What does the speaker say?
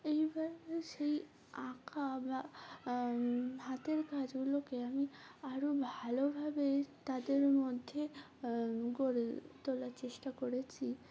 এইবার সেই আঁকা বা হাতের গাছগুলোকে আমি আরও ভালোভাবে তাদের মধ্যে গড়ে তোলার চেষ্টা করেছি